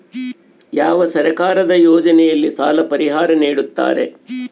ಯಾವ ಸರ್ಕಾರದ ಯೋಜನೆಯಲ್ಲಿ ಸಾಲ ಪರಿಹಾರ ನೇಡುತ್ತಾರೆ?